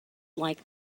like